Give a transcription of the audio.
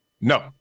No